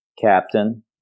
captain